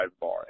bar